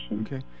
okay